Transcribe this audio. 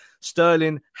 Sterling